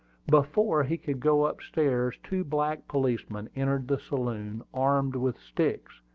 before he could go up-stairs two black policemen entered the saloon, armed with sticks.